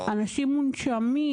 אנשים מונשמים.